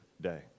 day